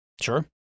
Sure